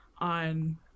on